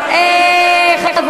והחוק הזה, הוא בא לחזק את הנשים.